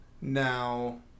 now